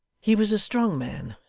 he was a strong man,